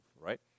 right